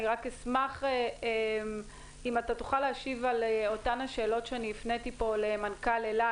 אבל אני אשמח אם תוכל להשיב לאותן שאלות שהפניתי פה למנכ"ל אל-על,